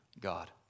God